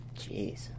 Jeez